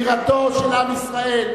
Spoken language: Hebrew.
בירתו של עם ישראל.